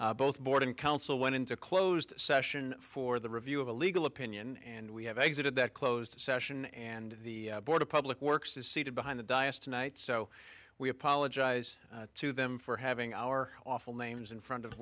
both board and council went into closed session for the review of a legal opinion and we have exited that closed session and the board of public works is seated behind the dias tonight so we apologize to them for having our awful names in front of